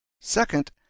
Second